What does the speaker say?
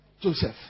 Joseph